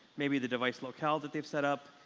maybe the device locale that they've set up,